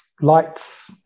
lights